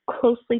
closely